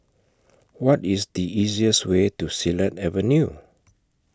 What IS The easiest Way to Silat Avenue